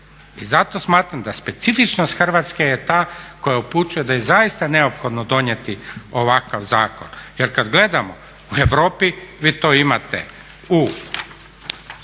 I zato smatram da specifičnost Hrvatske je ta koja upućuje da je zaista neophodno donijeti ovakav zakon. Jer kad gledamo u Europi vi to imate u